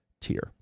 tier